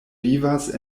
vivas